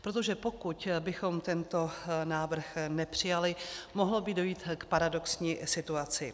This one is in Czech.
Protože pokud bychom tento návrh nepřijali, mohlo by dojít k paradoxní situaci.